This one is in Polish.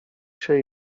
się